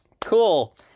cool